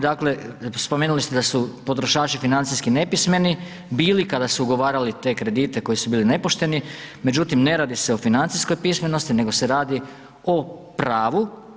Dakle, spomenuli ste da su potrošači financijski nepismeni bili kada su ugovarali te kredite koji su bili nepošteni, međutim ne radi se o financijskoj pismenosti nego se radi o pravu.